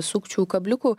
sukčių kabliukų